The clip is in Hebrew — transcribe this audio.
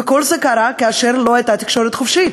וכל זה קרה כאשר לא הייתה תקשורת חופשית.